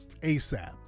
ASAP